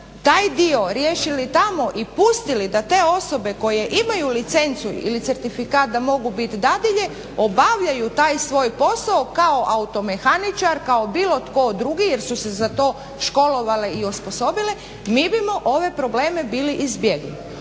taj dio riješili tamo i pustili da te osobe koje imaju licencu ili certifikat da mogu bit dadilje obavljaju taj svoj posao kao automehaničar, kao bilo tko drugi jer su se za to školovale i osposobile. Mi bimo ove probleme bili izbjegli.